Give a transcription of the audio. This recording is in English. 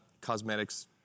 cosmetics